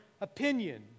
opinion